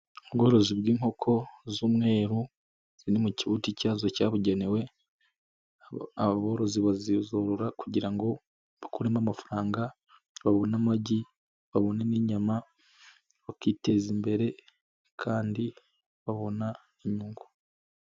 Ubworozi bw'inkoko, z'umweru, ziri mu kibuti cyazo cyabugenewe Aba borozi bazizorura kugira ngo, bakuremo amafaranga, babone amagi, babone n'inyama, bakiteza imbere, kandi babona inyungu.